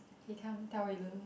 come tell Wei-Lun